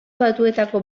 batuetako